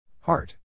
Heart